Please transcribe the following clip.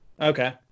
okay